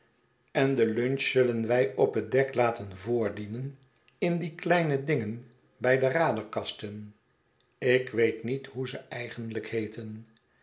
en de lunch l zullen wij op het dek laten voordienen in die kleine dingen bij de raderkasten ik weet niet hoe ze eigenlijk heeten